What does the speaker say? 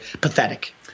pathetic